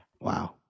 Wow